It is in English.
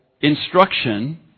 instruction